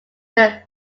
their